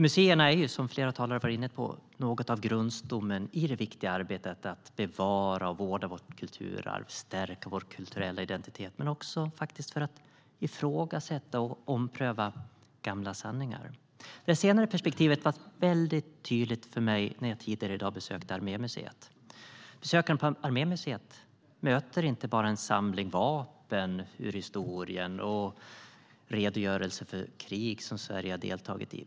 Museerna är ju, som flera talare har varit inne på, något av grundstommen i det viktiga arbetet att bevara och vårda vårt kulturarv, stärka vår kulturella identitet men faktiskt också ifrågasätta och ompröva gamla sanningar. Det senare perspektivet var väldigt tydligt för mig när jag tidigare i dag besökte Armémuseum. Besökaren på Armémuseum möter inte bara en samling vapen ur historien och redogörelser för krig som Sverige har deltagit i.